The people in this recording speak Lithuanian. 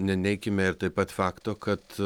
neneikime ir taip pat fakto kad